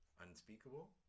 Unspeakable